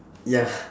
ya